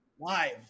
Live